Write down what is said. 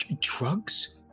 drugs